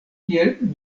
kiel